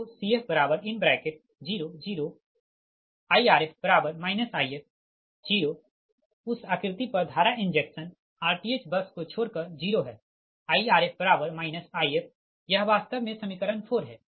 तो Cf0 0 Irf If 0 उस आकृति पर धारा इंजेक्शन rth बस को छोड़कर 0 है Irf If यह वास्तव में समीकरण 4 है